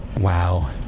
Wow